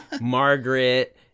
Margaret